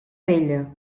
vella